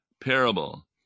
parable